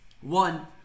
One